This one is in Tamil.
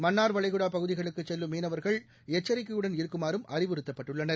மன்னாா்வளைகுடாபகுதிகளுக்குசெல்லும் மீனவா்கள் எச்சாிக்கையுடன் இருக்குமாறும் அறிவுறுத்தப்பட்டுள்ளனர்